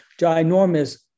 ginormous